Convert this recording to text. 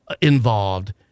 involved